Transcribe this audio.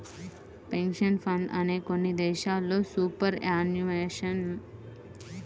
pension fund నే కొన్ని దేశాల్లో సూపర్ యాన్యుయేషన్ ఫండ్ అని కూడా పిలుస్తారు